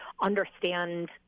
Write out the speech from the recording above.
understand